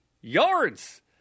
yards